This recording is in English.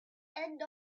end